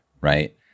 right